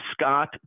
Scott